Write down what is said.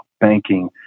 banking